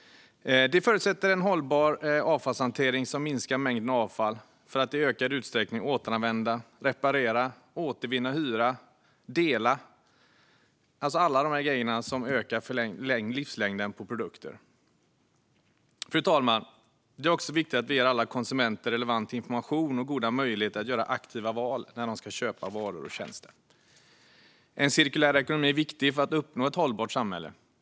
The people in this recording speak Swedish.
Det förutsätter en hållbar avfallshantering, där mängden avfall minskar. Det handlar om att i ökad utsträckning återanvända, reparera, återvinna, hyra och dela - alltså allt det som ökar produkternas livslängd. Fru talman! Det är också viktigt att vi ger alla konsumenter relevant information och goda möjligheter att gör aktiva val när de ska köpa varor och tjänster. En cirkulär ekonomi är viktig för att uppnå ett hållbart samhälle.